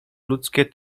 ludzkie